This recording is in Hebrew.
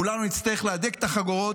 כולנו נצטרך להדק את החגורות.